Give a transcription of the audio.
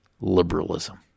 liberalism